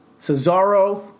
Cesaro